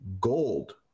gold